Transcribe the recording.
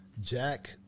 Jack